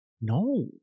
No